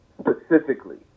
specifically